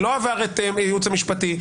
שלא עבר את הייעוץ המשפטי,